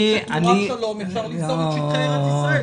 שתמורת שלום אפשר למסור את שטחי ארץ ישראל.